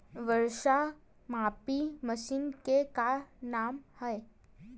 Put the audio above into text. वर्षा मापी मशीन के का नाम हे?